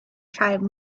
tribe